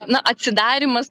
na atsidarymas